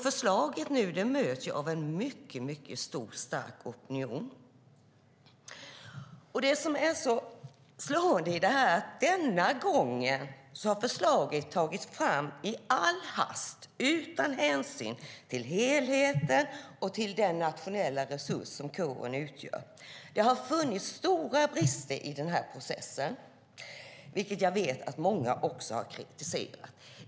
Förslaget möts nu av en mycket stark opinion. Det som är slående är att denna gång har förslaget tagits fram i all hast utan hänsyn till helheten och till den nationella resurs som kåren utgör. Det har funnits stora brister i den här processen, vilket jag vet att många har kritiserat.